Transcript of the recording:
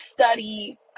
study